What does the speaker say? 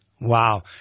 Wow